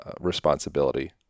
responsibility